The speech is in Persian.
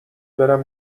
برم